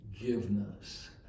forgiveness